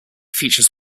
features